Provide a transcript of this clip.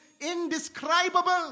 indescribable